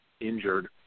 injured